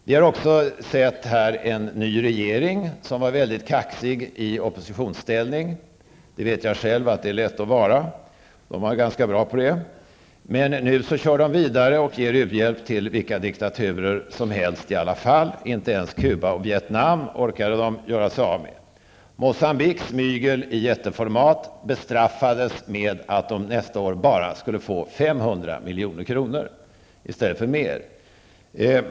Vi har också sett en ny regering, vars ledamöter var ganska kaxiga i oppositionsställning. Jag vet själv att det är ganska lätt att vara det. Nu kör regeringen vidare på gamla spår och ger u-hjälp till vilka diktaturer som helst. De orkade inte ens göra sig av med Cuba och Vietnam. Moçambiques mygel i jätteformat bestraffades med att man nästa år bara skulle få 500 milj.kr. i stället för mer.